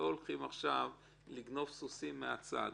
לא הולכים עכשיו לגנוב סוסים מהצד,